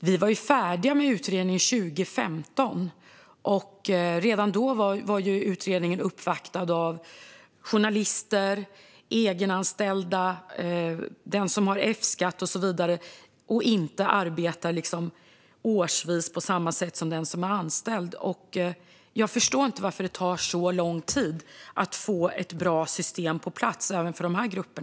Vi var färdiga med utredningen 2015, och redan då var utredningen uppvaktad av journalister, egenanställda, de som har F-skattsedel och så vidare och inte arbetar årsvis på samma sätt som den som är anställd. Jag förstår inte varför det tar så lång tid att få ett bra system på plats även för dessa grupper.